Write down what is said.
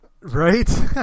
Right